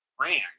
ran